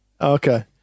Okay